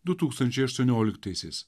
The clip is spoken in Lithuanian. du tūkstančiai aštuonioliktaisiais